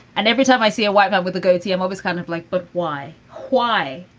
and every time i see a white guy with a goatee, i'm always kind of like, but why? why,